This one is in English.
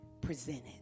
presented